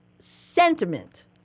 Sentiment